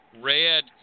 red